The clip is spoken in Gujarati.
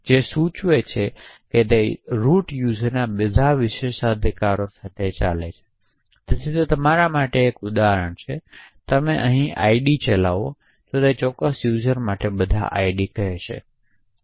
જે સૂચવે છે કે તે રુટ યુઝરના બધા વિશેષાધિકારો સાથે ચાલે છે તેથી તે તમારા માટે એક ઉદાહરણ છે જો તમે અહીં id ચલાવો છો તો તે તે ચોક્કસ યુઝર માટેના બધા id કહે છે